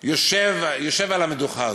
יושב על המדוכה הזאת.